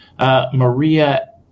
Maria